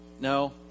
No